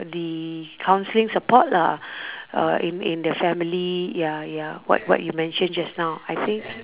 the counselling support lah uh in in the family ya ya what what you mentioned just now I think